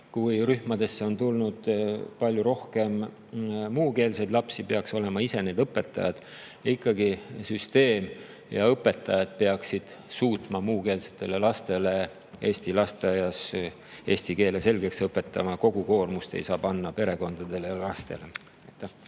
kui rühmadesse on tulnud palju rohkem muukeelseid lapsi, peaksid olema ise õpetajad. Ikkagi süsteem ja õpetajad peaksid suutma muukeelsetele lastele eesti lasteaias eesti keele selgeks õpetada. Kogu koormust ei saa panna perekondadele ja lastele.